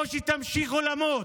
או שתמשיכו למות,